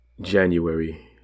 January